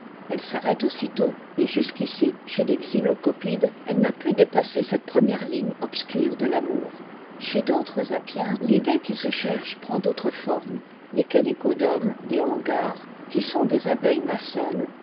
elle s'arrête aussitôt et jusqu'ici chez les xylocopides elle n'a pu dépasser cette première ligne obscure de l'amour chez d'autres apiens l'idée qui se cherche prend d'autres formes les chalicodomes des hangars qui sont des abeilles maçonnes